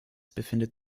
befindet